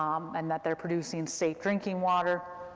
um and that they're producing safe drinking water.